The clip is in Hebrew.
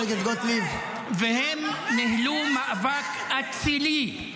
והם ניהלו מאבק אצילי,